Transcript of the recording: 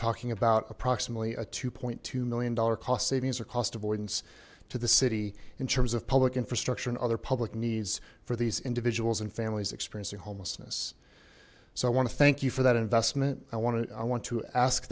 talking about approximately a two point two million dollar cost savings or cost avoidance to the city in terms of public infrastructure and other public needs for these individuals and families experiencing homelessness so i want to thank you for that investment i want to i want to ask